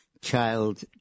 Child